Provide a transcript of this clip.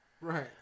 Right